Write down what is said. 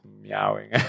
meowing